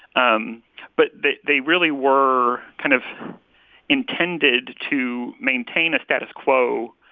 um but they they really were kind of intended to maintain a status quo.